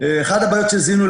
אחת הבעיות שזיהינו,